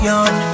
on